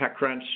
TechCrunch